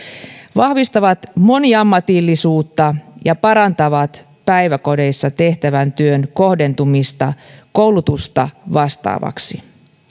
vahvistavat moniammatillisuutta ja parantavat päiväkodeissa tehtävän työn kohdentumista koulutusta vastaavaksi